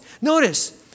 Notice